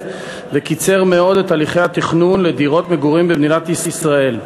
וקיצר מאוד את הליכי התכנון לדירות מגורים במדינת ישראל.